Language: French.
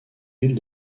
villes